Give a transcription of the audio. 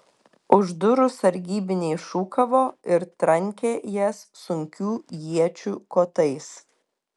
už durų sargybiniai šūkavo ir trankė jas sunkių iečių kotais